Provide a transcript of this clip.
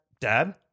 Dad